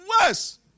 worse